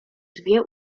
dwie